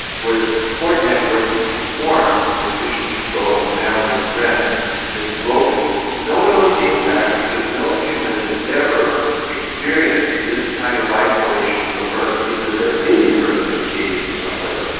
where the support network that you've formed with mission control and family and friends is broken. no one knows the impact because no human has ever experienced this kind of isolation from earth. either they are in the earth, in a cave or someplace,